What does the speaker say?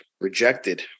rejected